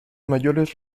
mayores